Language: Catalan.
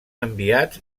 enviats